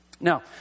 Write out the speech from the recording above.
Now